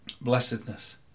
blessedness